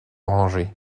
orangé